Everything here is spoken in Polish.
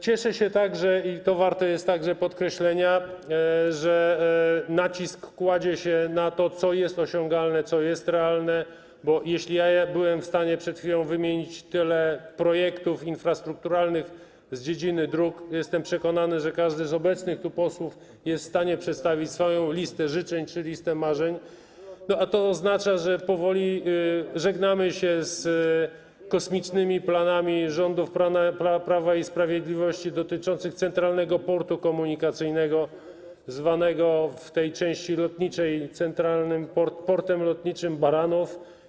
Cieszę się także, i to warte jest także podkreślenia, że nacisk kładzie się na to, co jest osiągalne, co jest realne, bo jeśli ja byłem w stanie przed chwilą wymienić tyle projektów infrastrukturalnych z dziedziny dróg, to jestem przekonany, że każdy z obecnych tu posłów jest w stanie przedstawić swoją listę życzeń czy listę marzeń, a to oznacza, że powoli żegnamy się z kosmicznymi planami rządów Prawa i Sprawiedliwości dotyczącymi Centralnego Portu Komunikacyjnego zwanego w tej części lotniczej Centralnym Portem Lotniczym Baranów.